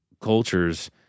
cultures